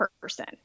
person